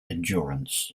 endurance